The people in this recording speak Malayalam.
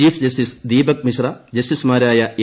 ചീഫ് ജസ്റ്റിസ് ദീപക് മിശ്ര ജസ്റ്റിസുമാരായ എ